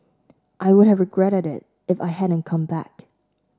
I would have regretted it if I hadn't come back